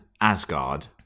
Asgard